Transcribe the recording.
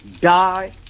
die